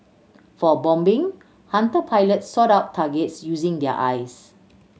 for bombing Hunter pilots sought out targets using their eyes